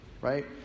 Right